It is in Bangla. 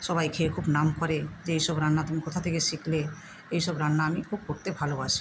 সবাই খেয়ে খুব নাম করে যে এই সব রান্না তুমি কোথা থেকে শিখলে এই সব রান্না আমি খুব করতে ভালোবাসি